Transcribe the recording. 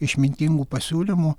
išmintingų pasiūlymų